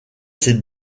ses